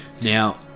Now